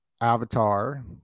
avatar